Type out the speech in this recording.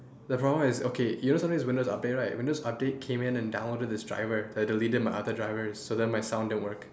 the problem is okay you know sometimes windows update right windows update came in and downloaded this driver that deleted my other drivers so then my sound didn't work